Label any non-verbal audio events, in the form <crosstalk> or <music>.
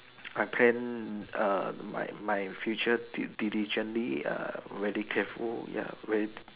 <noise> I plan err my my future di~ diligently err very careful ya very